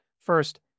First